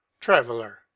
Traveler